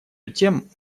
тем